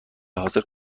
حاضر